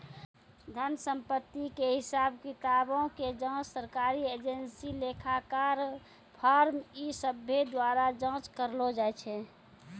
धन संपत्ति के हिसाब किताबो के जांच सरकारी एजेंसी, लेखाकार, फर्म इ सभ्भे द्वारा जांच करलो जाय छै